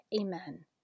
Amen